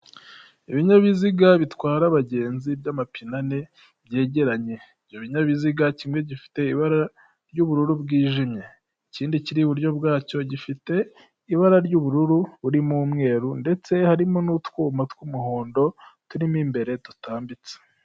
Ibinyabiziga bitwara abagenzi by'amapine ane byegeranye ibyo binyabiziga kimwe gifite ibara ry'ubururu bwijimye ikindi kiri iburyo bwacyo gifite ibara ry'ubururu burimo umweru ndetse harimo n'utwuma tw'umuhondo turimo imbere dutambitse.